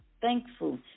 thankful